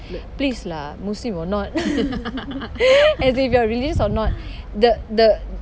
please lah muslim or not as in if you are or not the the